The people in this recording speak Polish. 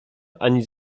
ani